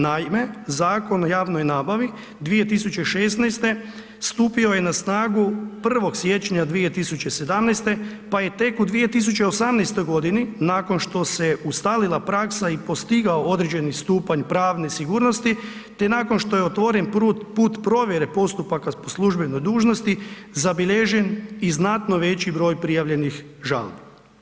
Naime, Zakon o javnoj nabavi 2016. stupio je na snagu 1.1.2017. pa je tek u 2018. g. nakon što se ustalila praksa i postigao određeni stupanj pravne sigurnosti te nakon što je otvoren put provjere postupaka po službenoj dužnosti, zabilježen i znatno veći broj prijavljenih žalbi.